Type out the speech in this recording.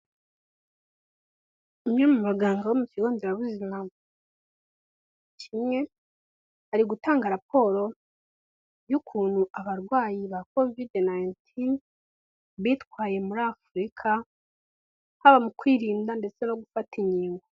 Umwe mu baganga mu kigo nderabuzima kimwe ari gutanga raporo y'ukuntu abarwayi ba kovide nayinitini bitwaye muri Afurika, haba mu kwirinda ndetse no gufata inkingo.